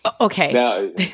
Okay